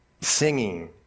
singing